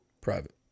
Private